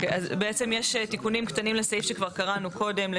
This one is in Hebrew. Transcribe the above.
אז בעצם יש תיקונים קטנים לסעיף שכבר קראנו קודם,